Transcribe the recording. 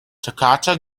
takata